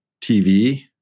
TV